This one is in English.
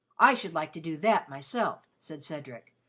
i should like to do that myself, said cedric.